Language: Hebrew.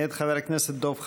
מאת חבר הכנסת דב חנין.